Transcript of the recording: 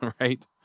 right